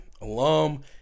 alum